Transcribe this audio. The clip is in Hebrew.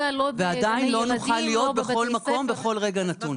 עדיין לא נוכל להיות בכל מקום ובכל רגע נתון.